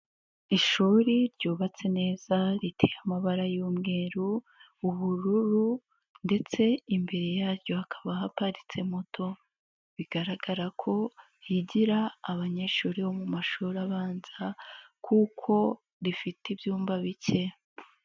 Ishuri ryubatse neza, riteye amabara y'umweru, ubururu ndetse imbere yaryo hakaba haparitse moto, bigaragara ko higira abanyeshuri bo mu mashuri abanza kuko rifite ibyumba bike.